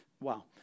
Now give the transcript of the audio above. Wow